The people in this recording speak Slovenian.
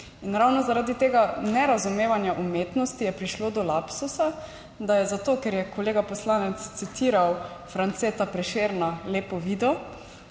In ravno zaradi tega nerazumevanja umetnosti je prišlo do lapsusa, da je zato, ker je kolega poslanec citiral Franceta Prešerna, Lepo Vido,